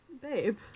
babe